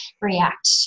react